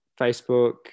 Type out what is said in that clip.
Facebook